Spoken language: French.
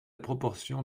proportion